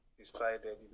decided